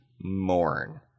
mourn